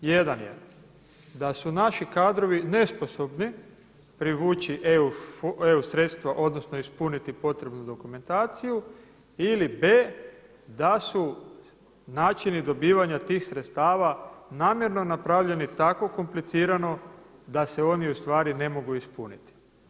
Jedan je da su naši kadrovi nesposobni privući EU sredstva odnosno ispuniti potrebnu dokumentaciju ili b) da su načini dobivanja tih sredstava namjerno napravljeni tako komplicirano da se oni ustvari ne mogu ispuniti.